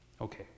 Okay